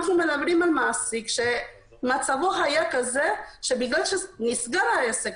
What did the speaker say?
אנחנו מדברים על מעסיק שמצבו היה כזה שבגלל שנסגר העסק,